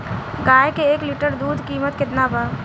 गाय के एक लीटर दूध कीमत केतना बा?